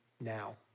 now